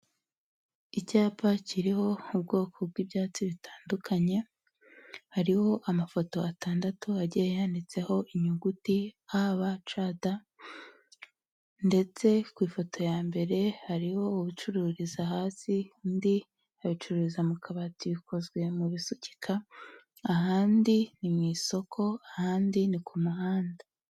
Icyapa kiriho mu bwoko bw'ibyatsi bitandukanye, hariho amafoto atandatu agiye yanitseho inyuguti a b c d ndetse ku ifoto ya mbere hariho ucururiza hasi undi abicururiza mu kabati bikozwe mu bisukika ahandi ni mu isoko ahandi ni ku muhanda.